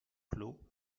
clos